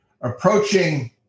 Approaching